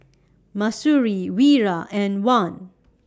Mahsuri Wira and Wan